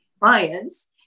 clients